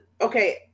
okay